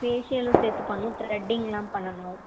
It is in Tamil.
ஃபேஷியலும் சேர்த்து பண்ணும் த்ரெட்டிங்கெலாம் பண்ணனும்